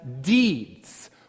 deeds